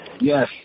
Yes